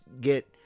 get